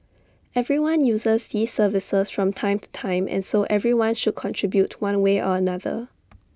everyone uses these services from time to time and so everyone should contribute one way or another